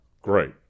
Great